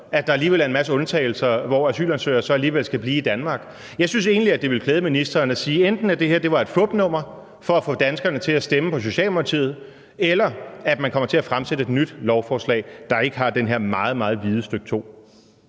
at der alligevel er en masse undtagelser, hvor asylansøgere så alligevel skal blive i Danmark. Jeg synes egentlig, at det ville klæde ministeren enten at sige, at det her var et fupnummer for at få danskerne til at stemme på Socialdemokratiet, eller at sige, at man kommer til at fremsætte et nyt lovforslag, der ikke har det her meget, meget vide stk. 2.